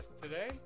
today